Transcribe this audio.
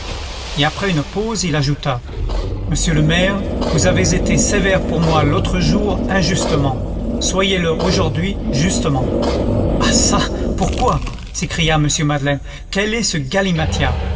et après une pause il ajouta monsieur le maire vous avez été sévère pour moi l'autre jour injustement soyez-le aujourd'hui justement ah çà pourquoi s'écria m madeleine quel est ce